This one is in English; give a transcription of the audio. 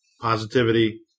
Positivity